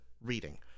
reading